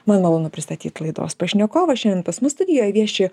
man malonu pristatyt laidos pašnekovą šiandien pas mus studijoj vieši